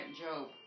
Job